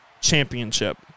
Championship